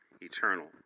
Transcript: eternal